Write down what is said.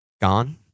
Gone